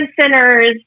centers